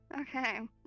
Okay